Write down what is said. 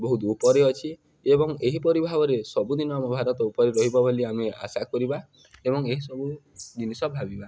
ବହୁତ ଉପରେ ଅଛି ଏବଂ ଏହିପରି ଭାବରେ ସବୁଦିନ ଆମ ଭାରତ ଉପରେ ରହିବ ବୋଲି ଆମେ ଆଶା କରିବା ଏବଂ ଏସବୁ ଜିନିଷ ଭାବିବା